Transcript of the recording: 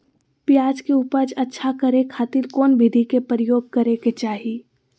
प्याज के उपज अच्छा करे खातिर कौन विधि के प्रयोग करे के चाही?